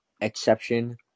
exception